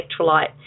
electrolyte